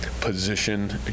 position